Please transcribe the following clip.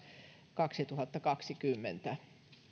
kaksituhattakaksikymmentä